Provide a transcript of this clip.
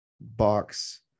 box